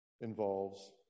involves